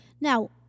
Now